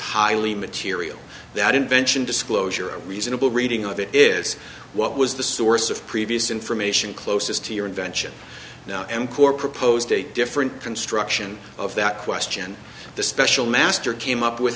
highly material that invention disclosure a reasonable reading of it is what was the source of previous information closest to your invention now mcor proposed a different construction of that question and the special master came up with